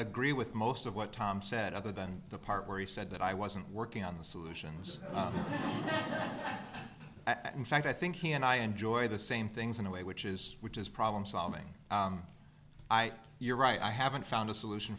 agree with most of what tom said other than the part where he said that i wasn't working on the solutions and in fact i think he and i enjoy the same things in a way which is which is problem solving ai you're right i haven't found a solution